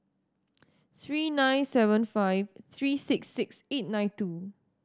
three nine seven five three six six eight nine two